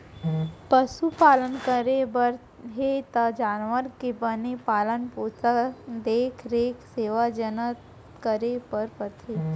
पसु पालन करे बर हे त जानवर के बने पालन पोसन, देख रेख, सेवा जनत करे बर परथे